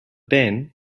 then